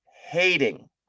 hating